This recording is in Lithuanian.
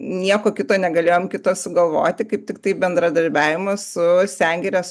nieko kito negalėjom kito sugalvoti kaip tiktai bendradarbiavimą su sengirės